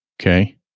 Okay